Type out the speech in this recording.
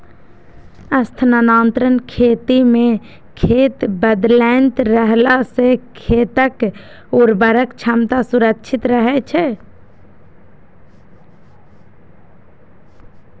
स्थानांतरण खेती मे खेत बदलैत रहला सं खेतक उर्वरक क्षमता संरक्षित रहै छै